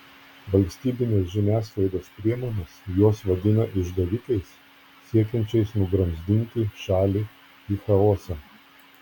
valstybinės žiniasklaidos priemonės juos vadina išdavikais siekiančiais nugramzdinti šalį į chaosą